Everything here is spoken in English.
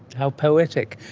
how poetic.